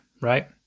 right